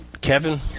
Kevin